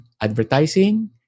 advertising